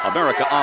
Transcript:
America